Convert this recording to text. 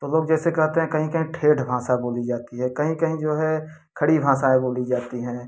तो लोग जैसे कहते हैं कहीं कहीं ठेठ भाषा बोली जाती है कहीं कहीं जो है खड़ी भाषाऍं बोली जाती हैं